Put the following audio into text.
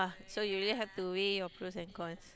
so you really have to weigh your pros and cons